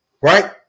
right